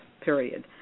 period